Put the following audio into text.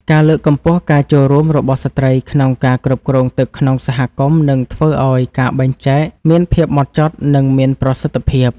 ការលើកកម្ពស់ការចូលរួមរបស់ស្ត្រីក្នុងការគ្រប់គ្រងទឹកក្នុងសហគមន៍នឹងធ្វើឱ្យការបែងចែកមានភាពហ្មត់ចត់ និងមានប្រសិទ្ធភាព។